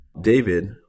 David